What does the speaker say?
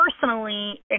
personally